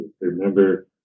Remember